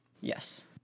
Yes